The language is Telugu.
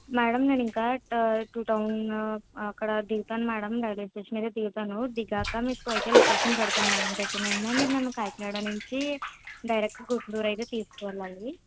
మేడం నేను ఇంకా టూ టౌన్ అక్కడ దిగుతాను మేడం రైల్వే స్టేషన్ దగ్గర దిగుతాను దిగినాక మీకు అయితే లొకేషన్ పెడతాను మేడమ్ పెట్టిన వెంటనే మీరు నన్ను కాకినాడ నుంచి డైరెక్ట్ గుంటూరు అయితే తీసుకొని వెళ్ళాలి